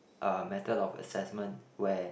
uh method of assessment where